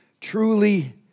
Truly